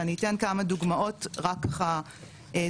ואני אתן כמה דוגמאות רק ככה דוגמאות.